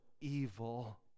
evil